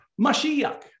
Mashiach